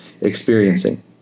experiencing